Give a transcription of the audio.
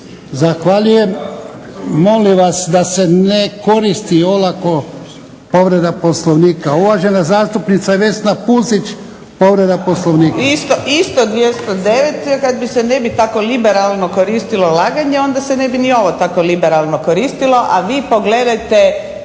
Zahvaljujem. Molim vas da se ne koristi olako povreda Poslovnika. Uvažena zastupnica Vesna Pusić, povreda Poslovnika. **Pusić, Vesna (HNS)** Isto 209. jer kad se ne bi tako liberalno koristilo laganje onda se ne bi ni ovo tako liberalno koristilo, a vi pogledajte